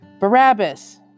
Barabbas